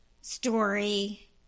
story